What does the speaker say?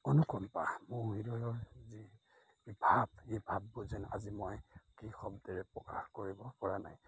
অনুকম্পা মোৰ হৃদয়ৰ যি ভাৱ এই ভাৱবোৰ যেন আজি মই কি শব্দেৰে প্ৰকাশ কৰিব পৰা নাই